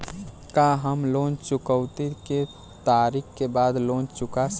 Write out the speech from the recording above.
का हम लोन चुकौती के तारीख के बाद लोन चूका सकेला?